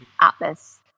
atlas